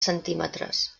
centímetres